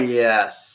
yes